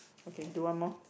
okay do one more